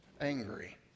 angry